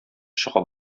чыга